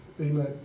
Amen